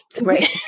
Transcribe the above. Right